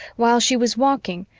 while she was walking,